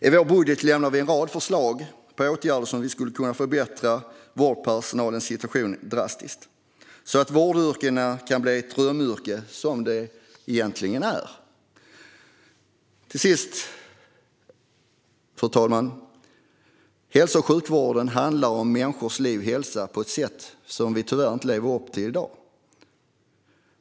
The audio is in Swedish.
I vår budget lämnar vi en rad förslag på åtgärder som skulle förbättra vårdpersonalens situation drastiskt så att vårdyrkena kan bli de drömyrken som de egentligen är. Fru talman! Till sist handlar hälso och sjukvården om människors liv och hälsa på ett sätt som vi tyvärr inte lever upp till i dag.